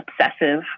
obsessive